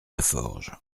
laforge